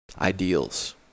ideals